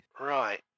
Right